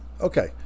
Okay